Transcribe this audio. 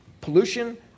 pollution